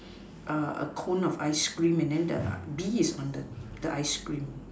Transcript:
a cone of ice cream and then the be is on the ice cream